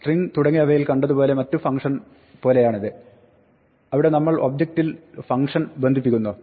string തുടങ്ങിയവയിൽ കണ്ടതുപോലെയുള്ള മറ്റു ഫംങ്കംഷൻ പോലെയാണിത് അവിടെ നമ്മൾ ഒബ്ജക്ടിൽ ഫംങ്കംഷൻ ബന്ധിപ്പിക്കുന്നു